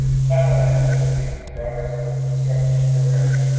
the final initiative speaks to progress towards constructing programming,